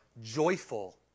joyful